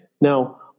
Now